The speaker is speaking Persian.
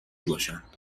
باشند